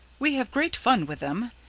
we have great fun with them,